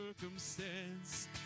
circumstance